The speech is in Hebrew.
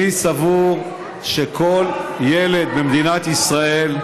אני סבור שכל ילד במדינת ישראל,